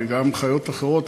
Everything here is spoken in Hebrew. וגם חיות אחרות,